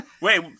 Wait